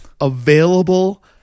available